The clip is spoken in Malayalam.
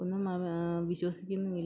ഒന്നും വിശ്വസിക്കുന്നില്ല